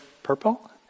Purple